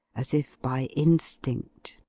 as if by instinct